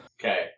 okay